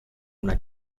una